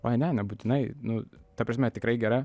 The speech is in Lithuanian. oi ne nebūtinai nu ta prasme tikrai gera